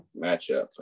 matchup